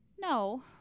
No